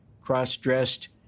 cross-dressed